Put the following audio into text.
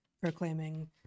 proclaiming